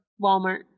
Walmart